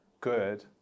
good